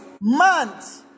months